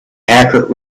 accurate